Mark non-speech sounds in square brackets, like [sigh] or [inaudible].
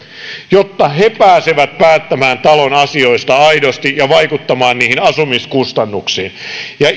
jotta he pääsevät päättämään talon asioista aidosti ja vaikuttamaan niihin asumiskustannuksiin ja [unintelligible]